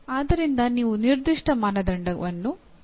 ಆದ್ದರಿಂದ ನೀವು ನಿರ್ದಿಷ್ಟ ಮಾನದಂಡವನ್ನು ಪ್ರತ್ಯೇಕವಾಗಿರಿಸುತ್ತೀರಿ